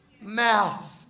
mouth